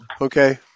Okay